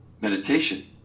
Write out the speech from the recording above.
Meditation